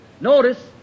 Notice